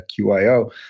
QIO